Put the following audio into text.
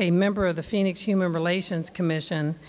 a member of the phoenix human relations commission,